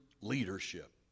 leadership